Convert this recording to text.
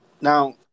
Now